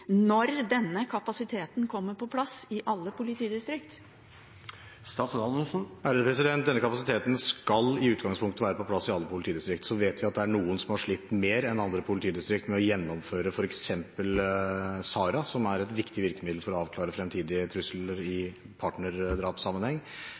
når denne kapasiteten kommer på plass i alle politidistrikt? Denne kapasiteten skal i utgangspunktet være på plass i alle politidistrikt. Vi vet at noen politidistrikt har slitt mer enn andre med å gjennomføre f.eks. SARA, som er et viktig virkemiddel for å avklare fremtidige trusler i